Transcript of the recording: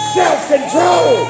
self-control